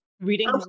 Reading